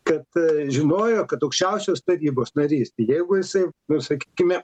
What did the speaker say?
kad žinojo kad aukščiausios tarybos narys jeigu jisai na sakykime